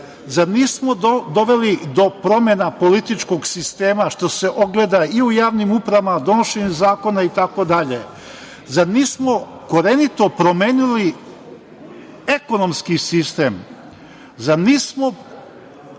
Zar nismo doveli do promena političkog sistema što se ogleda i u javnim upravama, donošenjem zakona itd? Zar nismo korenito promenili ekonomski sistem? Zar nismo